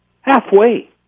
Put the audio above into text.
Halfway